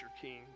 king